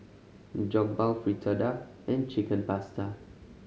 Jokbal Fritada and Chicken Pasta